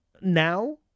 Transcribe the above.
now